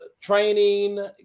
training